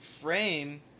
frame